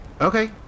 Okay